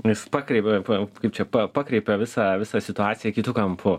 jis pakreipia kaip čia pakreipia visą visą situaciją kitu kampu